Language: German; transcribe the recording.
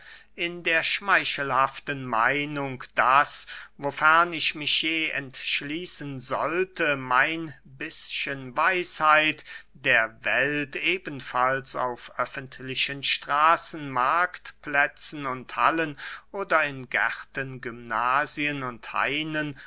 in der schmeichelhaften meinung daß wofern ich mich je entschließen sollte mein bißchen weisheit der welt ebenfalls auf öffentlichen straßen marktplätzen und hallen oder in gärten gymnasien und hainen